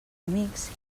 amics